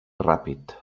ràpid